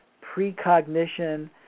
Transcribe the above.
precognition